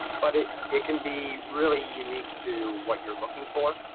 but it it can be really unique to what you're looking for